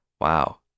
Wow